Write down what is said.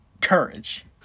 courage